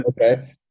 Okay